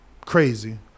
crazy